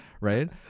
right